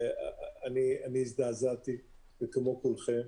אני הזדעזעתי כמו כולכם.